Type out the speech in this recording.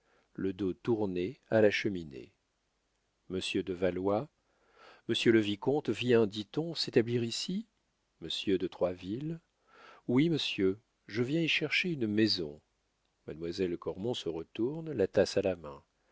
le dos tourné à la cheminée m de valois monsieur le vicomte vient dit-on s'établir ici m de troisville oui monsieur je viens y chercher une maison mademoiselle cormon se retourne la tasse à la main